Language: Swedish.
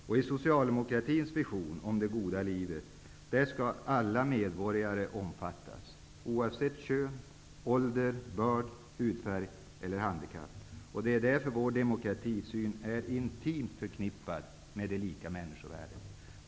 I socialdemokratins vision om det goda livet skall alla medborgare omfattas -- oavsett kön, ålder, börd, hudfärg och handikapp. Det är därför vår demokratisyn är intimt förknippad med begreppet lika människovärde.